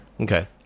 Okay